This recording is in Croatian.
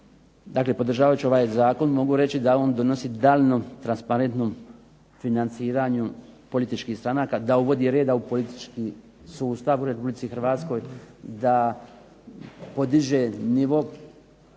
dakle podržavajući ovaj zakon, mogu reći da on donosi …/Ne razumije se./… transparentnom financiranju političkih stranaka, da uvodi reda u politički sustav u Republici Hrvatskoj, da podiže nivo